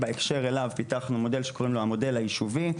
בהקשר אליו פיתחנו מודל שקוראים לו "המודל היישובי",